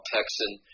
Texan